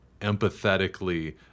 empathetically